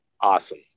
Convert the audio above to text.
Awesome